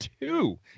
two